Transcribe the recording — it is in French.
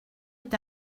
est